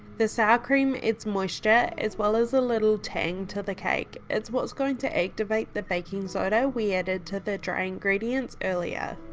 the sour cream adds moisture as well as a little tang to the cake, its what's going to activate the baking soda we added to the dry ingredients earlier.